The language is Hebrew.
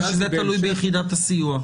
וזה תלוי ביחידת הסיוע.